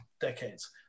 decades